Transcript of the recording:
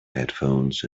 headphones